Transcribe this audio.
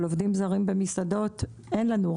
אבל עובדים זרים במסעדות אין לנו,